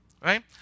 right